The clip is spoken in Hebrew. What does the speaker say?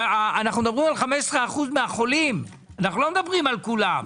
אנחנו מדברים על 15% מהחולים, לא על כולם.